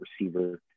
receiver –